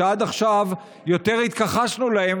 שעד עכשיו יותר התכחשנו אליהן,